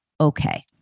okay